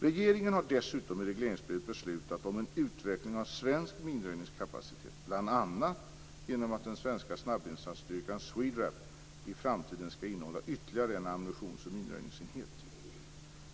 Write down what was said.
Regeringen har dessutom i regleringsbrevet beslutat om en utveckling av svensk minröjningskapacitet, bl.a. genom att den svenska snabbinsatsstyrkan SWERAP i framtiden skall innehålla ytterligare en ammunitions och minröjningsenhet.